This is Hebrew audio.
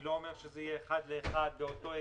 אני לא אומר שזה יהיה אחד לאחד באותו היקף.